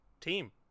team